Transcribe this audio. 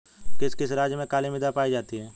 किस किस राज्य में काली मृदा पाई जाती है?